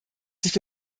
sich